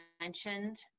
mentioned